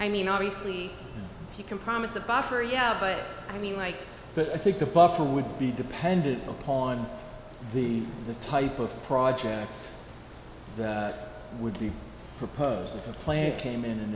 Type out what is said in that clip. i mean obviously he can promise the buffer yeah but i mean like but i think the buffer would be dependent upon the the type of project that would be proposed if a plane came in and